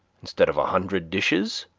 instead of a hundred dishes,